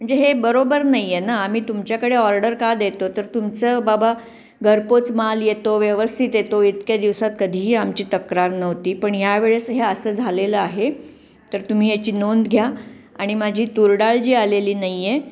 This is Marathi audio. म्हणजे हे बरोबर नाही आहे ना आम्ही तुमच्याकडे ऑर्डर का देतो तर तुमचं बाबा घरपोच माल येतो व्यवस्थित येतो इतक्या दिवसात कधीही आमची तक्रार नव्हती पण यावेळेस हे असं झालेलं आहे तर तुम्ही याची नोंद घ्या आणि माझी तुरडाळ जी आलेली नाही आहे